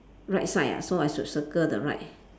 right side ah so I should circle the right